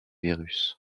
virus